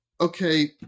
Okay